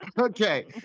Okay